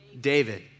David